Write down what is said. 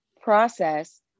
process